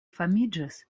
famiĝis